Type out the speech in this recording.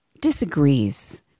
disagrees